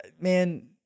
man